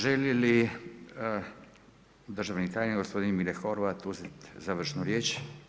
Želi li državni tajnik gospodin Mile Horvat uzeti završnu riječ?